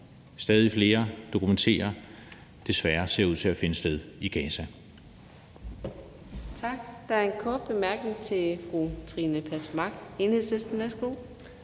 stadig flere dokumenterer desværre ser ud til at finde sted i Gaza.